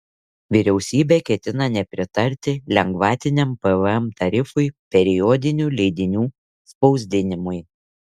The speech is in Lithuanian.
vyriausybė ketina nepritarti lengvatiniam pvm tarifui periodinių leidinių spausdinimui